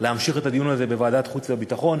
להמשיך את הדיון הזה בוועדת חוץ וביטחון.